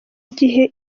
gihe